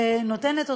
והוא נותן את אותותיו.